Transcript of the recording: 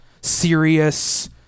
serious